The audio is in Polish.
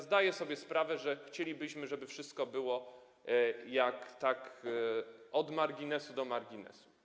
Zdaję sobie sprawę, że chcielibyśmy, żeby wszystko było tak od marginesu do marginesu.